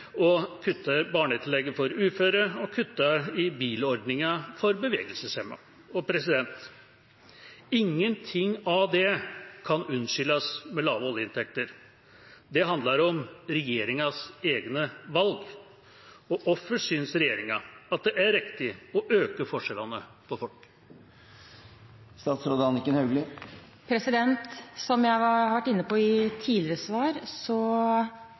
barnetillegget for uføre og har kuttet i bilordningen for bevegelseshemmede. Ingenting av dette kan unnskyldes med lave oljeinntekter. Det handler om regjeringas egne valg. Hvorfor synes regjeringa at det er riktig å øke forskjellene mellom folk? Som jeg har vært inne på i tidligere svar,